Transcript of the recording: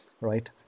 right